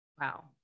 Wow